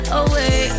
away